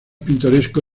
pintoresco